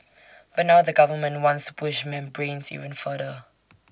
but now the government wants to push membranes even further